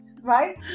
Right